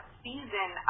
season